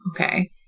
okay